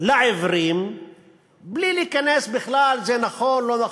לעיוורים בלי להיכנס בכלל אם זה נכון,